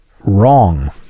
wrong